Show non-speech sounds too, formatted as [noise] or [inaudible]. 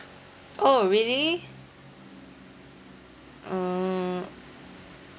[noise] orh really uh